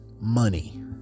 money